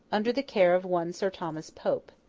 under the care of one sir thomas pope.